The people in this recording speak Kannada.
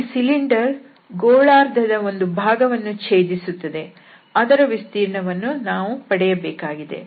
ಈ ಸಿಲಿಂಡರ್ ಗೋಳಾರ್ಧ ದ ಒಂದು ಭಾಗವನ್ನು ಛೇದಿಸುತ್ತದೆ ಅದರ ವಿಸ್ತೀರ್ಣವನ್ನು ನಾವು ಪಡೆಯಬೇಕಾಗಿದೆ